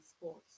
sports